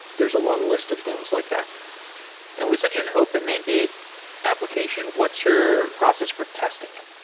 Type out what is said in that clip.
there's a long list of things like that and with such an open-ended application, what's your process for testing it?